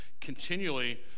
continually